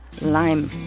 Lime